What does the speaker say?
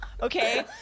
okay